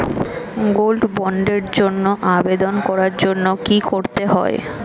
Gold বন্ডের জন্য আবেদন করার জন্য কি করতে হবে?